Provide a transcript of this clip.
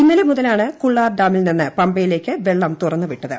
ഇന്നലെ മുതലാണ് ്കുളളാർ ഡാമിൽ നിന്ന് പ്പയിലേയ്ക്ക് വെള്ളം തുറന്ന് വിട്ടത്